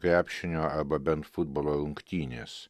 krepšinio arba bent futbolo rungtynės